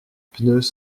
pneus